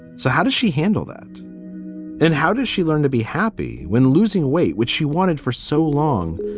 so how does she handle that and how does she learn to be happy when losing weight, which she wanted for so long,